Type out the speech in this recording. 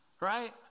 Right